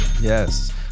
yes